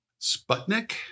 Sputnik